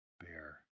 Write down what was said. bear